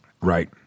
Right